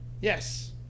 Yes